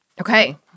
Okay